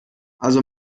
also